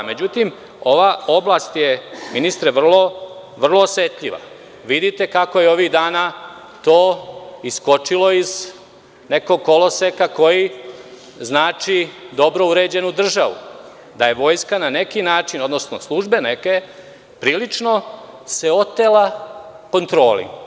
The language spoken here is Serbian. Međutim, ova oblast je, ministre, vrlo osetljiva, vidite kako je ovih dana to iskočilo iz nekog koloseka, koji znači dobro uređenu državu, da je vojska na neki način, odnosno službe neke, prilično se otela kontroli.